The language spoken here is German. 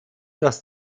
dass